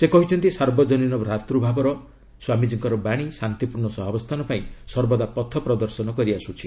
ସେ କହିଛନ୍ତି ସାର୍ବଜନୀନ ଭ୍ରାତୃଭାବର ସ୍ୱାମିଜୀଙ୍କର ବାଣୀ ଶାନ୍ତିପୂର୍ଣ୍ଣ ସହାବସ୍ଥାନ ପାଇଁ ସର୍ବଦା ପଥ ପ୍ରଦର୍ଶନ କରିଆସୁଛି